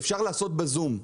אפשר לעשות בזום,